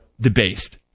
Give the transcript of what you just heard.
debased